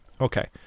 Okay